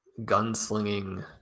gunslinging